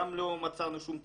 גם לא מצאנו שום תקצוב.